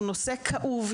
הוא נושא כאוב.